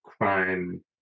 crime